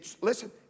Listen